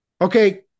Okay